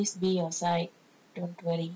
ya she always be your side don't worry